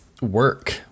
work